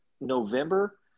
November